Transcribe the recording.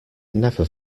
never